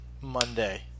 Monday